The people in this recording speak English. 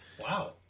Wow